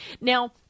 Now